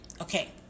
Okay